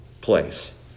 place